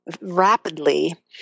rapidly